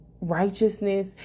Righteousness